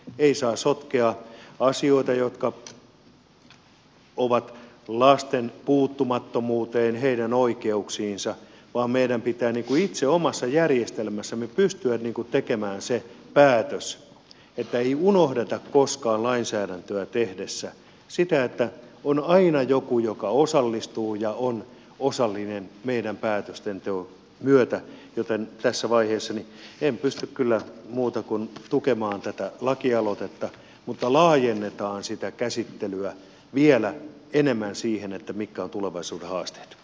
ei saa sotkea asioita jotka liittyvät lapsiin puuttumattomuuteen heidän oikeuksiinsa vaan meidän pitää niin kuin itse omassa järjestelmässämme pystyä tekemään se päätös että ei unohdeta koskaan lainsäädäntöä tehtäessä sitä että on aina joku joka osallistuu ja on osallinen meidän päätöstentekomme myötä joten tässä vaiheessa en pysty kyllä muuta kuin tukemaan tätä lakialoitetta mutta laajennetaan sitä käsittelyä vielä enemmän siihen mitkä ovat tulevaisuuden haasteet